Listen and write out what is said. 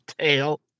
tail